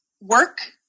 work